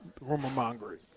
rumor-mongering